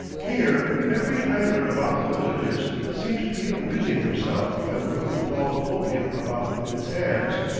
here every idler about the villages seems to be amusing himself by working a ball of opium about in his hands,